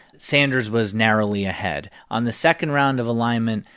sanders was narrowly ahead. on the second round of alignment,